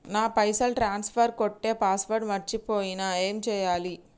నా పైసల్ ట్రాన్స్ఫర్ కొట్టే పాస్వర్డ్ మర్చిపోయిన ఏం చేయాలి?